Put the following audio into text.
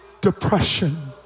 depression